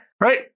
Right